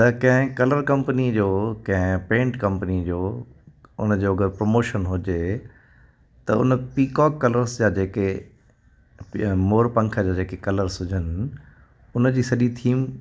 त कंहिं कलर कंपनीअ जो कंहिं पेंट कंपनी जो उनजो अगरि प्रमॉशन हुजे त उन पीकॉक कलर्स जा जेके यां मोर पंख जा जेके कलर्स हुजनि उन जी सॼी थीम